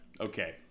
okay